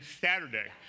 Saturday